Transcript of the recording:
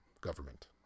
government